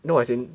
no as in